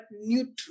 neutral